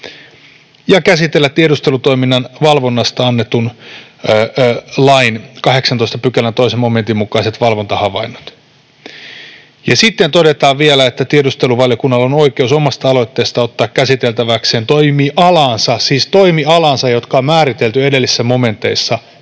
käsitellä tiedustelutoiminnan valvonnasta annetun lain 18 §:n 2 momentin mukaiset valvontahavainnot”. Ja sitten todetaan vielä, että tiedusteluvaliokunnalla ”on oikeus omasta aloitteesta ottaa käsiteltäväkseen toimialaansa” — siis toimialaansa, joka on määritelty edellisissä momenteissa tiedustelutoimintaan